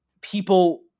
People